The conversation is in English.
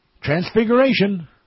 Transfiguration